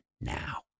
now